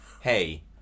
Hey